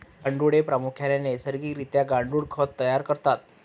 गांडुळे प्रामुख्याने नैसर्गिक रित्या गांडुळ खत तयार करतात